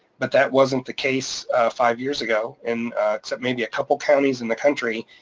but that wasn't the case five years ago, and except maybe a couple counties in the country.